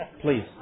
Please